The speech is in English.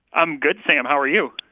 i'm good, sam. how are you?